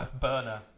Burner